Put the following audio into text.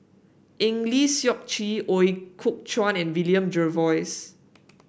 Eng Lee Seok Chee Ooi Kok Chuen and William Jervois